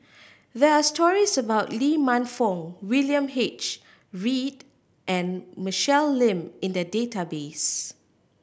there are stories about Lee Man Fong William H Read and Michelle Lim in the database